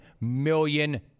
million